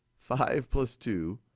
five plus two,